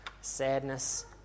sadness